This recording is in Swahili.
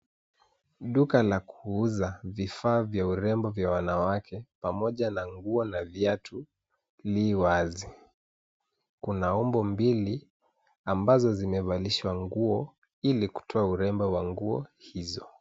Duka la kuuza vifaa vya urembo vya wanawake pamoja na nguo na viatu lii wazi. Kuna umbo mbili ambazo zimevalishwa nguo ili kutoa urembo wa nguo hizo.